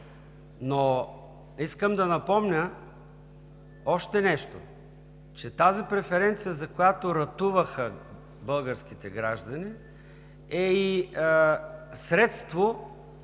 Но искам да напомня още нещо, че тази преференция, за която ратуваха българските граждани, е и средство